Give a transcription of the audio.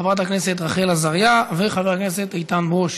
חברת הכנסת רחל עזריה וחבר הכנסת איתן ברושי.